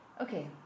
Okay